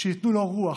שייתן לו רוח,